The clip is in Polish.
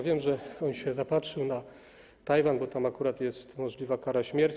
Wiem, że on się zapatrzył na Tajwan, bo tam akurat jest możliwa kara śmierci.